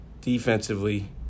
defensively